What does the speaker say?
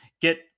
get